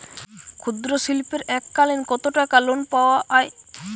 ক্ষুদ্রশিল্পের এককালিন কতটাকা লোন পাওয়া য়ায়?